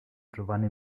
giovanni